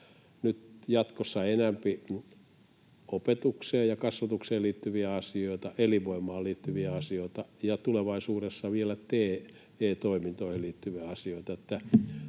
nyt jatkossa enempi opetukseen ja kasvatukseen liittyviä asioita, elinvoimaan liittyviä asioita ja tulevaisuudessa vielä TE-toimintoihin liittyviä asioita.